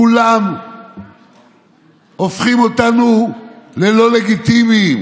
כולם הופכים אותנו ללא לגיטימיים,